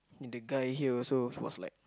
the guy here also was like